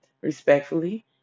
Respectfully